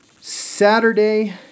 Saturday